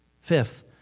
Fifth